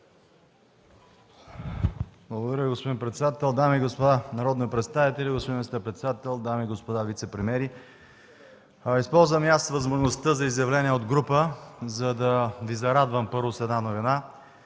Благодаря, господин председател. Дами и господа народни представители, господин министър-председател, дами и господа вицепремиери! Използвам и аз възможността за изявление от група, първо, за да Ви зарадвам с една новина.